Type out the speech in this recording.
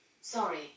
Sorry